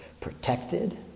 protected